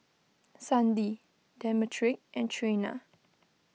Sandie Demetric and Trena